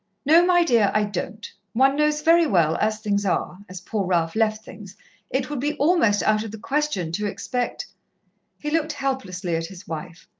no, my dear, i don't. one knows very well, as things are as poor ralph left things it would be almost out of the question to expect he looked helplessly at his wife.